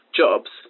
jobs